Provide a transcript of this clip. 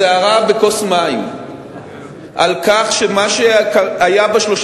הסערה בכוס מים על כך שמה שהיה ב-30